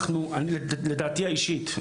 לדעתי האישית,